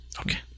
Okay